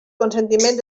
consentiment